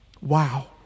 Wow